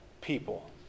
people